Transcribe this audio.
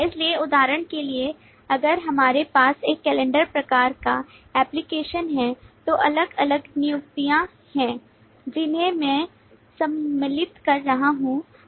इसलिए उदाहरण के लिए अगर हमारे पास एक कैलेंडर प्रकार का एप्लिकेशन है तो अलग अलग नियुक्तियां हैं जिन्हें मैं सम्मिलित कर सकता हूं बना सकता हूं